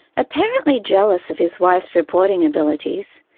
apparently jealous of his wife's reporting abilities,